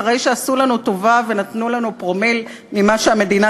אחרי שעשו לנו טובה ונתנו לנו פרומיל ממה שהמדינה